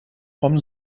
vom